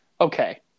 okay